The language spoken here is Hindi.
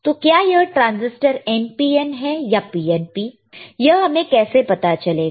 तो क्या यह ट्रांजिस्टर NPN है या PNP है यह हमें कैसे पता चलेगा